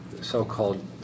so-called